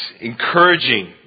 encouraging